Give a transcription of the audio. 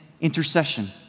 intercession